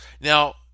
Now